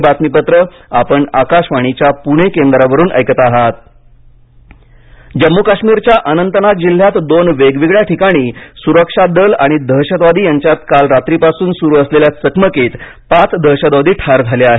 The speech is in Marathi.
जम्म काश्मीर जम्मू काश्मीरच्या अनंतनाग जिल्ह्यात दोन वेगवेगळ्या ठिकाणी सुरक्षा दल आणि दहशतवादी यांच्यात काल रात्रीपासून सुरु असलेल्या चकमकीत पाच दहशतवादी ठार झाले आहेत